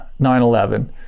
9-11